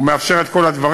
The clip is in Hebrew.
זה מאפשר את כל הדברים.